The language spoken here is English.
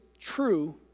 true